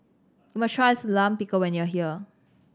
must tries Lime Pickle when you are here